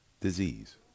disease